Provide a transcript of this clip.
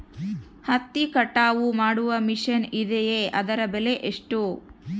ಹತ್ತಿ ಕಟಾವು ಮಾಡುವ ಮಿಷನ್ ಇದೆಯೇ ಅದರ ಬೆಲೆ ಎಷ್ಟು?